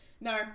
No